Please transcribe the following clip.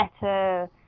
better